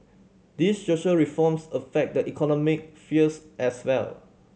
these social reforms affect the economic as well